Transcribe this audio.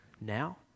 now